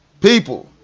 People